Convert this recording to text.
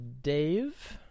Dave